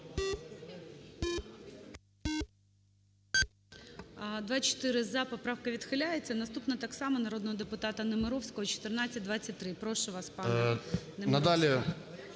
За-24 Поправка відхиляється. Наступна так само народного депутата Немировського, 1423. Прошу вас, пане